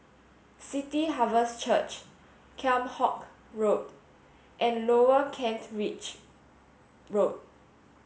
City Harvest Church Kheam Hock Road and Lower Kent Ridge Road